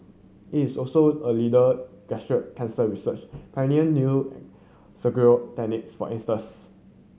it is also a leader gastric cancer research pioneering new techniques for instance